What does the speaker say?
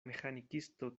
meĥanikisto